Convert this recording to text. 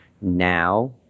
now